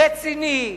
רציני,